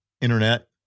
internet